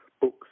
Books